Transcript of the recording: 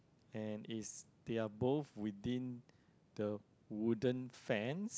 and is they are both within the wooden fans